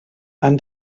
han